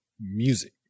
music